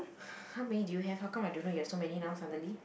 how many do you have how come I don't know you have so many now suddenly